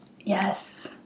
Yes